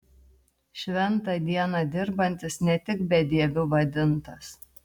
šventą dieną dirbantis ne tik bedieviu vadintas